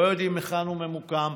לא יודעים היכן הוא ממוקם,